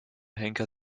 henker